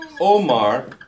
Omar